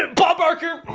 and bob barker!